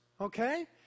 okay